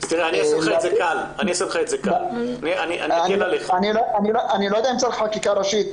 אני לא יודע אם צריך חקיקה ראשית.